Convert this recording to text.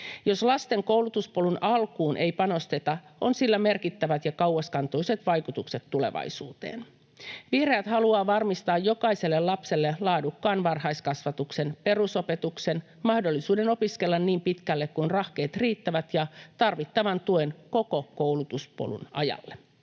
Jos lasten koulutuspolun alkuun ei panosteta, on sillä merkittävät ja kauaskantoiset vaikutukset tulevaisuuteen. Vihreät haluaa varmistaa jokaiselle lapselle laadukkaan varhaiskasvatuksen, perusopetuksen, mahdollisuuden opiskella niin pitkälle kuin rahkeet riittävät ja tarvittavan tuen koko koulutuspolun ajalle.